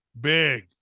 big